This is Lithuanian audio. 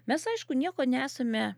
mes aišku nieko nesame